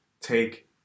take